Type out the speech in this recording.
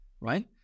right